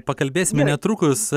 pakalbėsime netrukus